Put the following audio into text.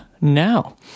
now